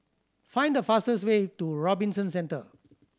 find the fastest way to Robinson Centre